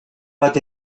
bat